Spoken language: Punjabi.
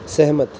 ਸਹਿਮਤ